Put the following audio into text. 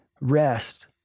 rest